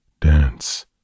dance